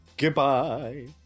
goodbye